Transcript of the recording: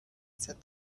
said